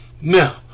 Now